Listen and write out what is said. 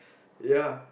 ya